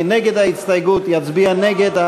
ומי שנגד יצביע נגד.